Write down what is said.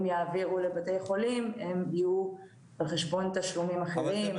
יעבירו לבתי חולים - הם יהיו על חשבון תשלומים אחרים.